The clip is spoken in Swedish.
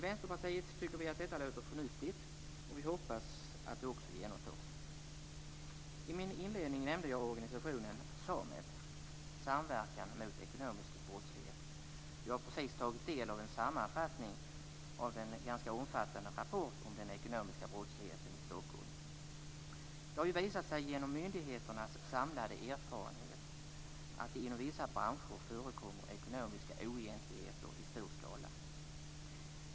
Vänsterpartiet tycker att detta låter förnuftigt, och vi hoppas att det också genomförs. I min inledning nämnde jag organisationen SA MEB, Samverkan mot ekonomisk brottslighet. Jag har precis tagit del av en sammanfattning av en omfattande rapport om den ekonomiska brottsligheten i Det har ju genom myndigheternas samlade erfarenheter visat sig att det inom vissa branscher förekommer ekonomiska oegentligheter i stor skala.